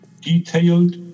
detailed